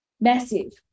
Massive